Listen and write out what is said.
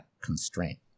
constraint